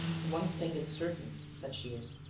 one thing is certain, said shears.